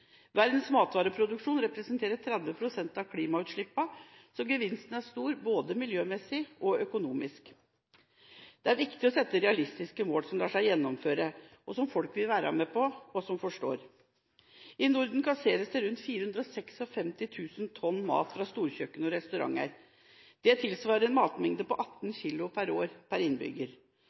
Verdens matvareproduksjon representerer 30 pst. av klimautslippene, så gevinsten er stor, både miljømessig og økonomisk. Det er viktig å sette realistiske mål som lar seg gjennomføre, og som folk vil være med på og forstår. I Norden kasseres det rundt 456 000 tonn mat i året fra storkjøkken og restauranter. Det tilsvarer en matmengde på 18 kg per år per innbygger.